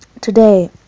today